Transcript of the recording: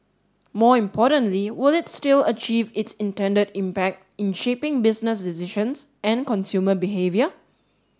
more importantly will it still achieve its intended impact in shaping business decisions and consumer behaviour